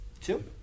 Two